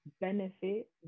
benefit